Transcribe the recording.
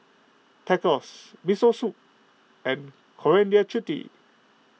Tacos Miso Soup and Coriander Chutney